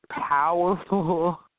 powerful